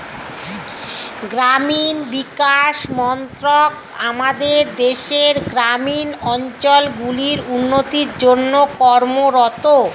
গ্রামীণ বিকাশ মন্ত্রক আমাদের দেশের গ্রামীণ অঞ্চলগুলির উন্নতির জন্যে কর্মরত